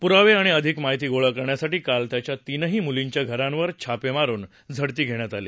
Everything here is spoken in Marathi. पुरावे आणि अधिक माहिती गोळा करण्यासाठी काल त्याच्या तीनही मुलींच्या घरांवर छापे मारून झडती घेण्यात आली